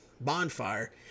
bonfire